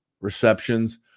receptions